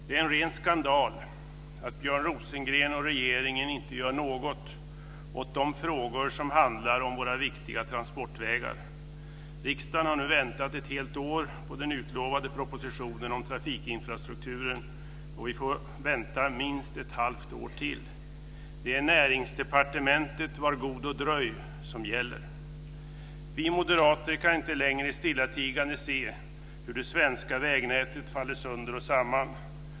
Det är en ren skandal att Björn Rosengren och regeringen inte gör något åt de frågor som handlar om våra viktiga transportvägar. Riksdagen har nu väntat ett helt år på den utlovade propositionen om trafikinfrastrukturen. Och vi får vänta minst ett halvt år till. Det är "Näringsdepartementet - var god och dröj" Vi moderater kan inte längre stillatigande se hur det svenska vägnätet faller sönder och samman.